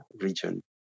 region